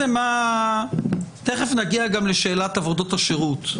תיכף גם נגיע לשאלת עבודות השירות,